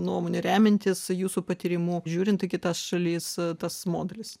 nuomone remiantis jūsų patyrimu žiūrint į kitas šalis tas modelis